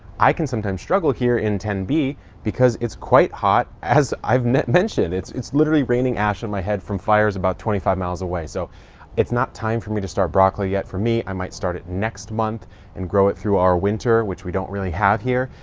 i can sometimes struggle here in ten b because it's quite hot, as i've mentioned. it's it's literally raining ash on my head from fires about twenty five miles away. so it's not time for me to start broccoli yet for me. i might start it next month and grow it through our winter, which we don't really have here.